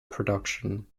production